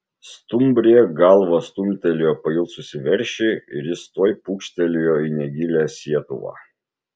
stumbrė galva stumtelėjo pailsusį veršį ir jis tuoj pūkštelėjo į negilią sietuvą